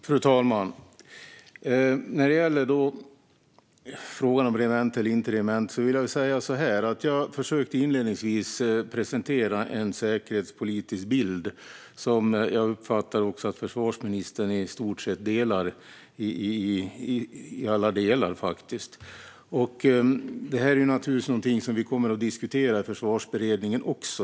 Fru talman! När det gäller frågan om regemente eller inte regemente vill jag säga att jag inledningsvis försökte presentera en säkerhetspolitisk bild, som jag uppfattade att försvarsministern i stort sett delar. Detta är naturligtvis någonting som vi kommer att diskutera i Försvarsberedningen också.